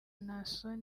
naason